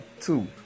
two